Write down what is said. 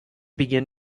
begin